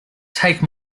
take